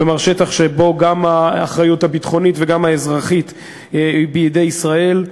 כלומר שטח שבו האחריות גם הביטחונית וגם האזרחית היא בידי ישראל.